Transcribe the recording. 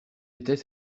était